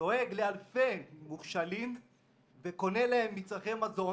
לאלפי מוכשלים וקונה להם מצרכי מזון